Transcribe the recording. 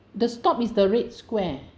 the stop is the red square